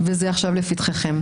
וזה עכשיו לפתחיכם,